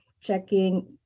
checking